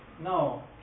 No